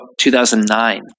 2009